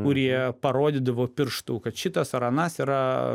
kurie parodydavo pirštu kad šitas ar anas yra